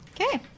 Okay